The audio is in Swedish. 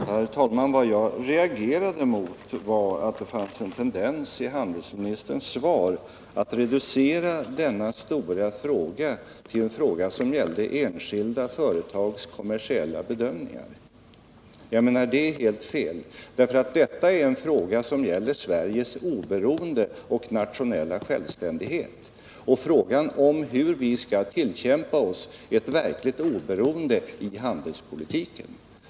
Herr talman! Det jag reagerade mot var att det i handelsministerns svar fanns en tendens att reducera denna sak till en fråga som gällde enskilda företags kommersiella bedömningar, vilket är helt felaktigt. Det är nämligen en fråga som gäller Sveriges nationella självständighet och hur vi skall tillkämpa oss ett verkligt oberoende i handelspolitiken.